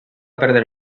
perdre